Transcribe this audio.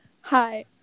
Hi